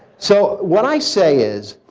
so, what i say is,